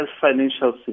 financial